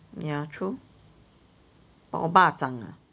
ya true or ba zhang